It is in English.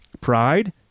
pride